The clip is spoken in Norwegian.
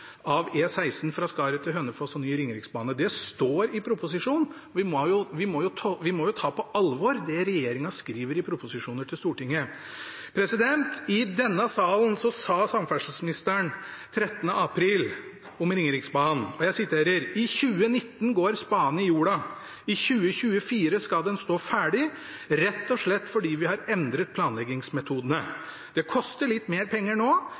av E16 fra Skaret til Hønefoss og ny ringeriksbane? Det står i proposisjonen, og vi må jo ta på alvor det regjeringen skriver i proposisjoner til Stortinget. I denne salen sa samferdselsministeren 13. april 2016, om Ringeriksbanen: «I 2019 går spaden i jorda, i 2024 skal den stå ferdig, rett og slett fordi vi har endret planleggingsmetodene. Det koster litt mer penger nå,